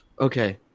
Okay